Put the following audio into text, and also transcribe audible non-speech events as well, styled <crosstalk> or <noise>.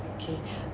okay <breath>